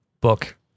book